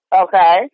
Okay